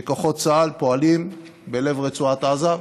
שכוחות צה"ל פועלים בלב רצועת עזה,